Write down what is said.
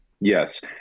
Yes